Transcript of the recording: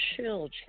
children